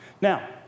Now